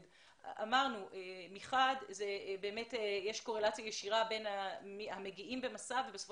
אמרנו שמחד יש קורלציה ישירה בין המגיעים בתוכנית מסע ובסופו